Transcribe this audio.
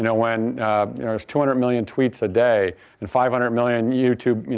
you know when there's two hundred million tweets a day and five hundred million youtube